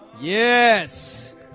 Yes